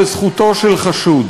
בזכותו של חשוד.